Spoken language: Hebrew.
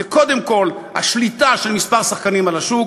זה קודם כול השליטה של כמה שחקנים על השוק,